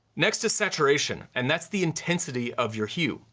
next is saturation, and that's the intensity of your hue.